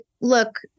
look